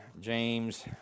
James